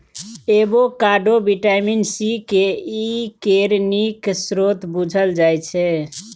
avocado vitamin C, K, E केर नीक स्रोत बुझल जाइ छै